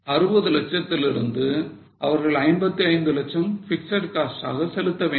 60 லட்சத்திலிருந்து அவர்கள் 55 லட்சம் பிக்ஸட் காஸ்ட் ஆக செலுத்தவேண்டும்